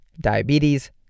diabetes